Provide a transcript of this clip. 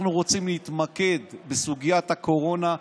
אנחנו רוצים להתמקד בסוגיית הקורונה,